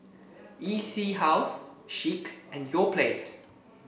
E C House Schick and Yoplait